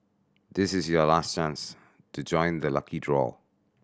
this is your last chance to join the lucky draw